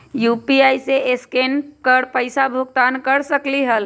UPI से scan कर पईसा भुगतान कर सकलीहल?